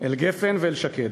אל גפן ואל שקד.